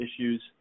issues